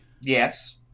Yes